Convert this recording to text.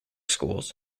schools